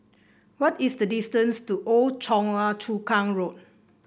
what is the distance to Old Choa Chu Kang Road